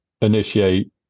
initiate